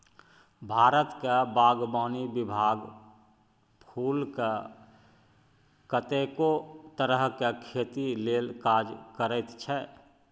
भारतक बागवानी विभाग फुलक कतेको तरहक खेती लेल काज करैत छै